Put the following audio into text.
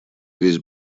весь